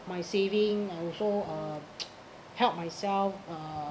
my saving also uh help myself